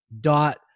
dot